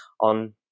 on